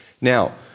Now